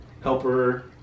helper